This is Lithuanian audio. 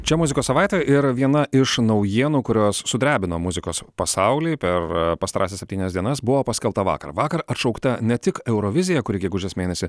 čia muzikos savaitė ir viena iš naujienų kurios sudrebino muzikos pasaulį per pastarąsias septynias dienas buvo paskelbta vakar vakar atšaukta ne tik eurovizija kuri gegužės mėnesį